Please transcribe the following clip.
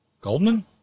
Goldman